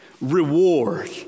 reward